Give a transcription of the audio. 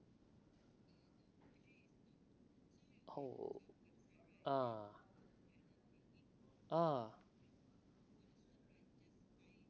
[ho] ah ah